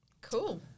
Cool